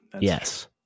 Yes